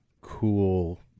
cool